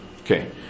Okay